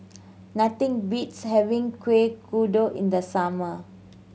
nothing beats having Kueh Kodok in the summer